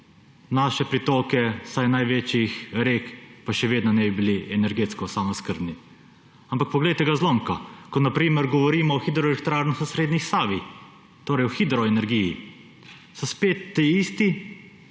naše pritoke vsaj največjih rek, pa še vedno ne bi bili energetsko samooskrbni. Ampak poglejte ga zlomka! Ko na primer govorimo o hidroelektrarnah na srednji Savi, torej o hidroenergiji, so spet tisti,